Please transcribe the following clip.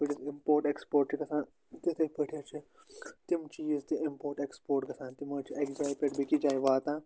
یِتھ پٲٹھۍ حَظ اِمپورٹ ایٚکٕسپورٹ چھِ گژھان تِتھے پٲٹھۍ حظ چھِ تِم چیٖز تہِ اِمپورٹ ایٚکٕسپورٹ گژھان تِم حَظ چھِ اَکہِ جایہِ پٮ۪ٹھ بیٚکِس جایہِ واتان